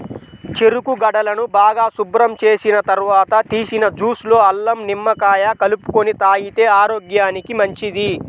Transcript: చెరుకు గడలను బాగా శుభ్రం చేసిన తర్వాత తీసిన జ్యూస్ లో అల్లం, నిమ్మకాయ కలుపుకొని తాగితే ఆరోగ్యానికి మంచిది